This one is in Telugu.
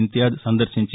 ఇంతియాజ్ సందర్శించి